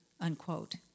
Unquote